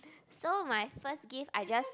so my first gift I just